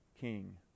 king